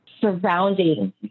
surrounding